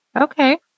Okay